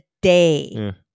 day